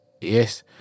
Yes